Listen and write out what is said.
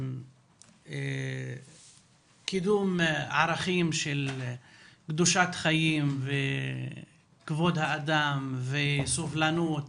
לקידום ערכים של קדושת חיים וכבוד האדם וסובלנות